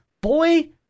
boy